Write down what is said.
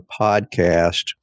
podcast